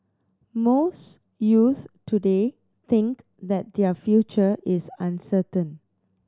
most youths today think that their future is uncertain